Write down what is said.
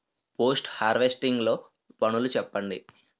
Post harvesting లో పనులను చెప్పండి?